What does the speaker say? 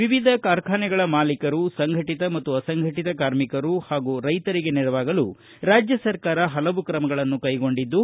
ವಿವಿಧ ಕಾರ್ಖಾನೆಗಳ ಮಾಲಿಕರು ಸಂಘಟಿತ ಮತ್ತು ಅಸಂಘಟಿತ ಕಾರ್ಮಿಕರು ಹಾಗೂ ರೈತರಿಗೆ ನೆರವಾಗಲು ರಾಜ್ಯ ಸರ್ಕಾರ ಪಲವು ಕ್ರಮಗಳನ್ನು ಕೈಗೊಂಡಿದ್ದು